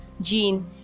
gene